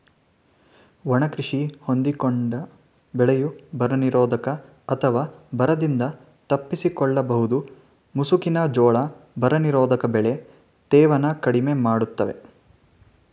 ಒಣ ಕೃಷಿ ಹೊಂದಿಕೊಂಡ ಬೆಳೆಯು ಬರನಿರೋಧಕ ಅಥವಾ ಬರದಿಂದ ತಪ್ಪಿಸಿಕೊಳ್ಳಬಹುದು ಮುಸುಕಿನ ಜೋಳ ಬರನಿರೋಧಕ ಬೆಳೆ ತೇವನ ಕಡಿಮೆ ಮಾಡ್ತವೆ